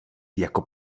jako